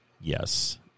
yes